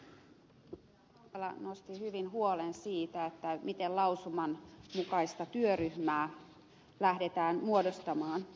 heidi hautala nosti hyvin esille huolen siitä miten lausuman mukaista työryhmää lähdetään muodostamaan